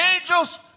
Angels